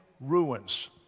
ruins